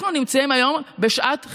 אנחנו נמצאים היום בשעת חירום.